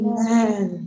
Amen